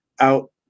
out